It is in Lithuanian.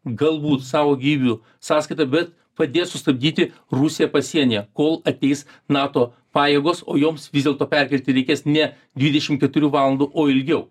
galbūt savo gyvybių sąskaita bet padės sustabdyti rusiją pasienyje kol ateis nato pajėgos o joms vis dėlto perkirti reikės ne dvidešim keturių valandų o ilgiau